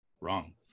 Wrong